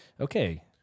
Okay